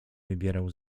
wybierał